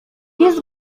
jest